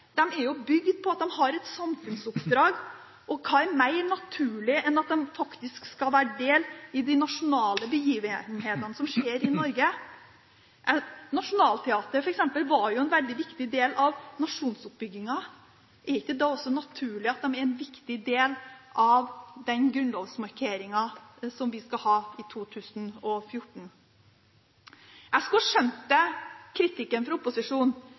er jo bygd på at de har et samfunnsoppdrag, og hva er mer naturlig enn at de faktisk skal være en del av de nasjonale begivenhetene som skjer i Norge? Nationaltheatret, f.eks., var jo en veldig viktig del av nasjonsoppbyggingen. Er det ikke da også naturlig at de nasjonale institusjonene er en viktig del av den grunnlovsmarkeringen som vi skal ha i 2014? Jeg ville ha skjønt kritikken fra opposisjonen